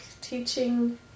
teaching